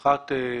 האחת,